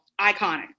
iconic